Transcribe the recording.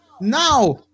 Now